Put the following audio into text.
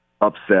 upset